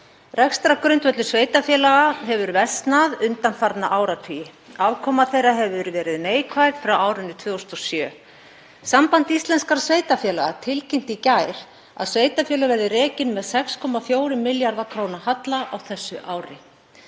Rekstrargrundvöllur sveitarfélaga hefur versnað undanfarna áratugi. Afkoma þeirra hefur verið neikvæð frá árinu 2007. Samband íslenskra sveitarfélaga tilkynnti í gær að sveitarfélög verði rekin með 6,4 milljarða kr. halla á þessu ári.